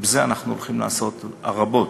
ובזה אנחנו הולכים לעשות רבות,